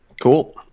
Cool